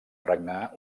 regnar